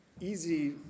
easy